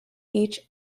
each